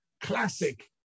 classic